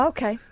Okay